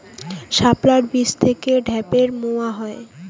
শাপলার বীজ থেকে ঢ্যাপের মোয়া হয়?